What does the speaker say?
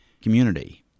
community